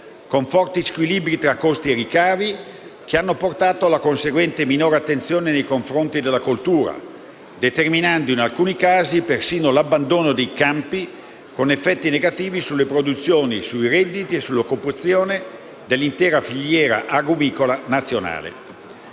con forti squilibri fra costi e ricavi, che hanno portato alla conseguente minore attenzione nei confronti della coltura, determinando, in alcuni casi, persino l'abbandono dei campi, con effetti negativi sulle produzioni, sui redditi e sull'occupazione dell'intera filiera agrumicola nazionale.